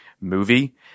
movie